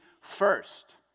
first